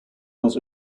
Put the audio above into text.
was